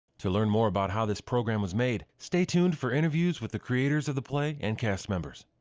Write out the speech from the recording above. to learn more about how this program was made, stay tuned for interviews with the creators of the play and cast members.